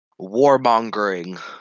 warmongering